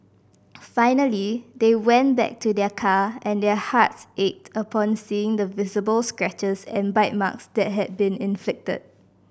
finally they went back to their car and their hearts ached upon seeing the visible scratches and bite marks that had been inflicted